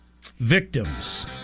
victims